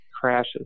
crashes